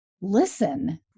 listen